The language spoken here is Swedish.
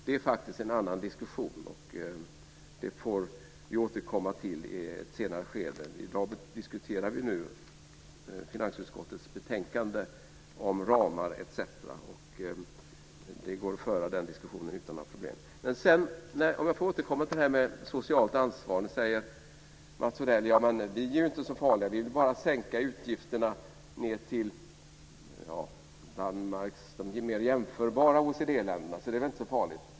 Det är faktiskt en annan diskussion, och det får vi återkomma till i ett senare skede. I dag diskuterar vi finansutskottets betänkande om ramar etc. och det går att föra den diskussionen utan några problem. Jag vill återkomma till det här med socialt ansvar. Mats Odell säger att kristdemokraterna inte är så farliga - man vill bara sänka utgifterna ned till t.ex. Danmarks och de mer jämförbara OECD-ländernas nivå, så det är väl inte så farligt.